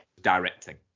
directing